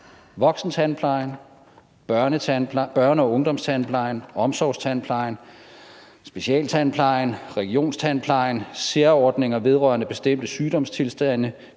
voksentandplejen, børne- og ungdomstandplejen, omsorgstandplejen, specialtandplejen, regionstandplejen, særordninger vedrørende bestemte sygdomstilstande,